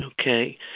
Okay